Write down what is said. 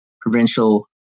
provincial